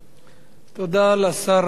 תודה לשר אהרונוביץ.